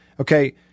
Okay